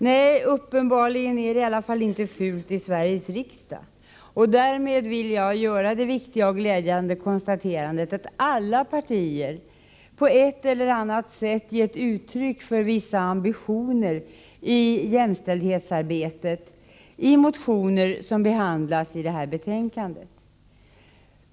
Nej, uppenbarligen är det i alla fall inte fult i Sveriges riksdag, och därmed vill jag göra det viktiga och glädjande konstaterandet att alla partier på ett eller annat sätt gett uttryck för vissa ambitioner rörande jämställdhetsarbetet i motioner som behandlas i detta betänkande.